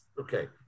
okay